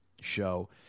show